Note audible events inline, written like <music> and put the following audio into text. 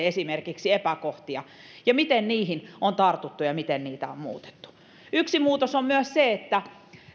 <unintelligible> esimerkiksi epäkohtia omavalvonta havaitsee ja miten niihin on tartuttu ja miten niitä on muutettu yksi muutos on myös se että